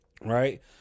Right